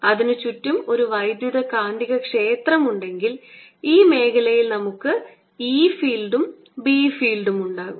അതിന് ചുറ്റും ഒരു വൈദ്യുതകാന്തികക്ഷേത്രം ഉണ്ടെങ്കിൽ ഈ മേഖലയിൽ നമുക്ക് E ഫീൽഡും B ഫീൽഡും ഉണ്ടാകും